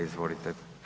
Izvolite.